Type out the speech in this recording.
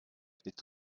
est